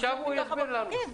עכשיו הוא יסביר לנו.